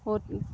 বহুত